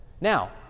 Now